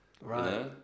Right